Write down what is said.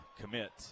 commit